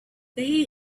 they